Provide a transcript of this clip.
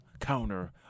counter